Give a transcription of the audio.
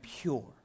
pure